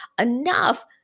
enough